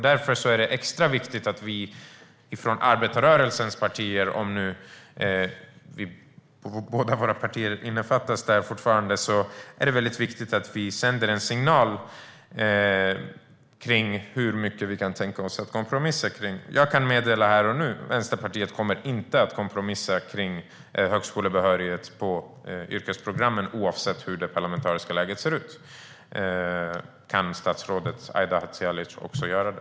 Därför är det extra viktigt att vi från arbetarrörelsens partier - om båda våra partier fortfarande innefattas där - sänder en signal om hur mycket vi kan tänka oss att kompromissa. Jag kan meddela här och nu att Vänsterpartiet inte kommer att kompromissa om högskolebehörighet på yrkesprogrammen oavsett hur det parlamentariska läget ser ut. Kan statsrådet Aida Hadzialic också göra det?